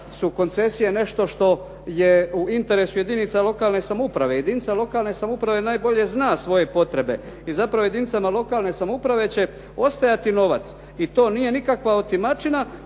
su koncesije nešto što je u interesu jedinica lokalne samouprave. Jedinica lokalne samouprave najbolje zna svoje potrebe. I zapravo jedinicama lokalne samouprave će ostajati novac i to nije nikakva otimačina,